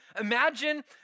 imagine